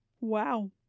Wow